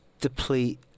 deplete